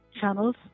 channels